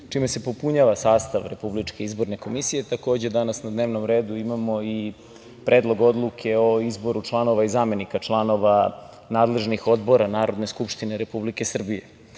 čime se popunjava sastav RIK-a. Takođe, danas na dnevnom redu imamo i Predlog odluke o izboru članova i zamenika članova nadležnih odbora Narodne skupštine Republike Srbije. Odbori